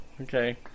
Okay